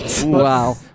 Wow